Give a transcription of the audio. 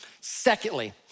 Secondly